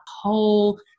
whole